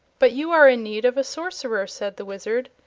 but you are in need of a sorcerer, said the wizard,